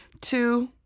Two